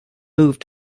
moved